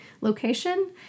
location